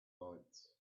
lights